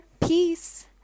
Peace